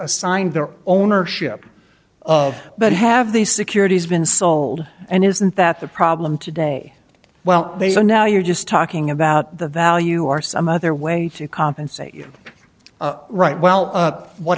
assigned their ownership of but have these securities been sold and isn't that the problem today well they are now you're just talking about the value are some other way to compensate you right well what